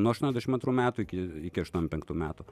nuo aštuoniasdešimt antrų metų iki iki aštuoniasdešimt penktų metų